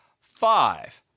five